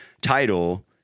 title